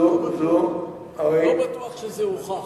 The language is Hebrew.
לא בטוח שזה הוכח.